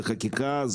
זה חקיקה,